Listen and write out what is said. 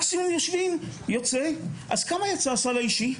מקסימום יושבים, כמה יצא הסל האישי?